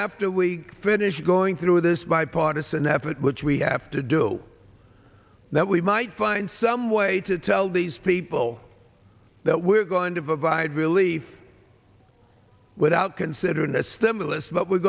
after we finish going through this bipartisan effort which we have to do that we might find some way to tell these people that we're going to vide relief without considering the stimulus but we're